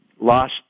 lost